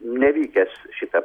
nevykęs šitą